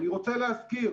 אני רוצה להזכיר,